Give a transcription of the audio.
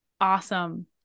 Awesome